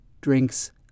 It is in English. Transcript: drinks